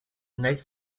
neigt